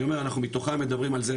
אני אומר מתוכם אנחנו מתוכם מדברים על זה,